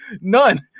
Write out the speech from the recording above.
None